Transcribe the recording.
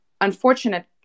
unfortunate